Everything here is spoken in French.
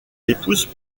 épouse